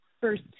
first